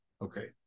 Okay